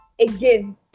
again